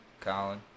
Colin